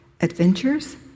adventures